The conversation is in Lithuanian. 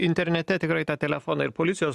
internete tikrai tą telefoną ir policijos